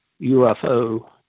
ufo